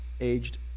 aged